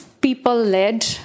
people-led